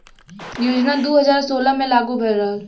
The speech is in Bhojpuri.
योजना दू हज़ार सोलह मे लागू भयल रहल